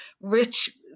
rich